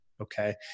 Okay